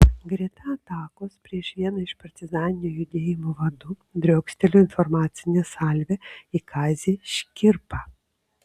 greta atakos prieš vieną iš partizaninio judėjimo vadų driokstelėjo informacinė salvė į kazį škirpą